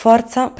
Forza